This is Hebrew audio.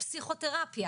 אבל זורק את הכפפה לאתגרים